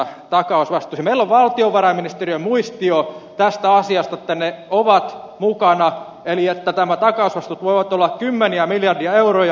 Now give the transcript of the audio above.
meillä on valtiovarainministeriön muistio tästä asiasta että ne ovat mukana eli että nämä takaukset voivat olla kymmeniä miljardeja euroja